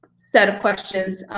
set of questions,